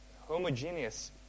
homogeneous